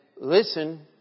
listen